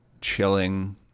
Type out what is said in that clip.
chilling